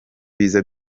biza